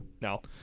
No